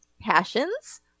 passions